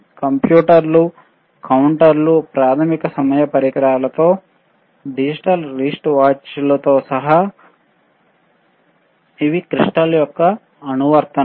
కంప్యూటర్లు కౌంటర్లు ప్రాథమిక సమయ పరికరాలతో డిజిటల్ రిస్ట్ వాచ్ తో సహా ఇవి క్రిస్టల్ యొక్క అనువర్తనాలు